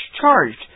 charged